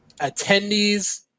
attendees